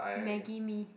maggie mee